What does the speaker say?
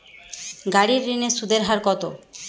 গাড়ির ঋণের সুদের হার কতো?